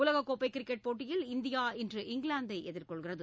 உலக கோப்பை கிரிக்கெட் போட்டியில்இந்தியா இன்று இங்கிலாந்தை எதிர்கொள்கிறது